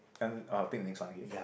I'll pick the next one okay